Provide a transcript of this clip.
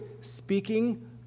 speaking